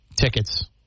tickets